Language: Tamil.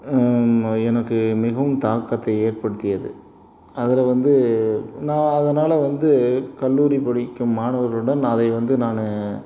எனக்கு மிகவும் தாக்கத்தை ஏற்படுத்தியது அதில் வந்து நான் அதனால் வந்து கல்லூரி படிக்கும் மாணவர்களுடன் நான் அதை வந்து நான்